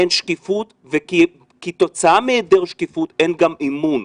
אין שקיפות וכתוצאה מהיעדר שקיפות אין גם אמון.